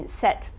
set